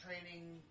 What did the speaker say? training